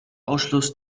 ausschluss